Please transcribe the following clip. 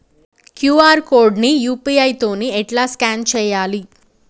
QR code ని UPI తోని ఎట్లా స్కాన్ చేయాలి?